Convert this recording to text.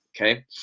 Okay